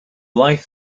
life